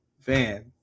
Van